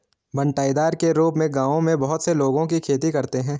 बँटाईदार के रूप में गाँवों में बहुत से लोगों की खेती करते हैं